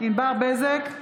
ענבר בזק,